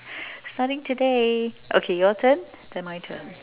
starting today okay your turn then my turn